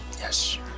Yes